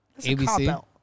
ABC